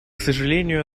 сожалению